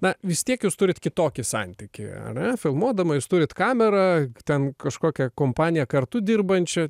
na vis tiek jūs turit kitokį santykį ane filmuodama jūs turit kamerą ten kažkokią kompaniją kartu dirbančią